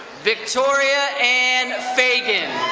victoria anne fagan.